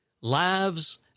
lives